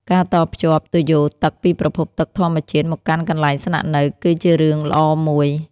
ការតភ្ជាប់ទុយោទឹកពីប្រភពទឹកធម្មជាតិមកកាន់កន្លែងស្នាក់នៅ គឺជារឿងល្អមួយ។